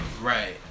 Right